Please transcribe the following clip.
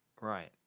right